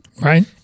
right